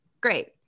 great